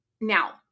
now